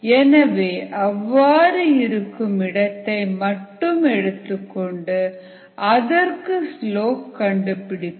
எனவே அவ்வாறு இருக்கும் இடத்தை மட்டும் எடுத்துக்கொண்டு அதற்கு ஸ்லோப் கண்டுபிடிப்போம்